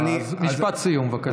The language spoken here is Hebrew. משפט סיום, בבקשה.